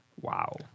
wow